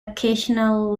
occasional